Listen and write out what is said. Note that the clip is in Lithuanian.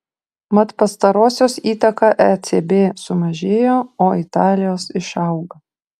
mat pastarosios įtaka ecb sumažėjo o italijos išaugo